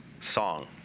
song